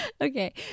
Okay